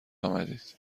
آمدید